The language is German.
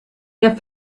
der